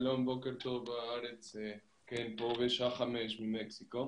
שלום שלום, בוקר טוב, פה שעה חמש במקסיקו,